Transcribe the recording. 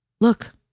look